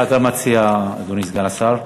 מה אתה מציע, אדוני סגן השר?